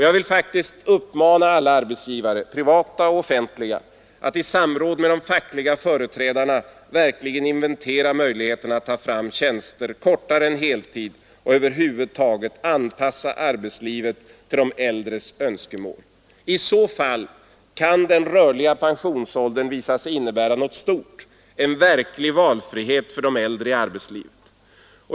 Jag vill uppmana alla arbetsgivare — privata såväl som offentliga — att i samråd med de fackliga företrädarna verkligen inventera möjligheterna att ta fram tjänster kortare än heltid och över huvud taget anpassa arbetslivet till de äldres önskemål. I så fall kan den rörliga pensionsåldern visa sig innebära något stort: en verklig valfrihet för de äldre i arbetslivet.